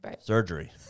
Surgery